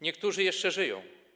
Niektórzy jeszcze żyją.